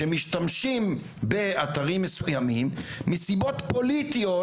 שמשתמשים באתרים מסוימים מסיבות פוליטיות